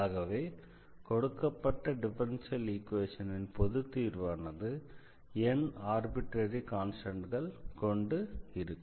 ஆகவே கொடுக்கப்பட்ட டிஃபரன்ஷியல் ஈக்வேஷனின் பொது தீர்வானது n ஆர்பிட்ரரி கான்ஸ்டண்ட்கள் கொண்டு இருக்கும்